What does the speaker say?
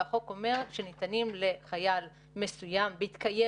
והחוק אומר שניתנים לחייל מסוים בהתקיים